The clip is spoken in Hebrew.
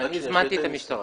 אני הזמנתי את המשטרה.